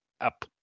up